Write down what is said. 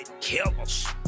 killers